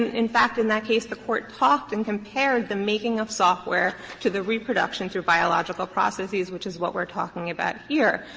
in fact, in that case the court talked and compared the making of software to the reproduction through biological processes, which is what we are talking about here.